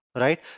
right